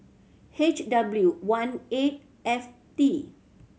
H W one eight F T